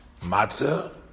Matzah